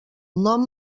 nom